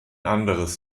anderes